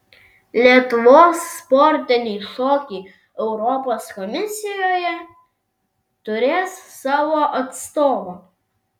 lietuvos sportiniai šokiai europos komisijoje turės savo atstovą